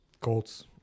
Colts